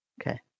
Okay